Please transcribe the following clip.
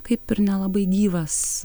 kaip ir nelabai gyvas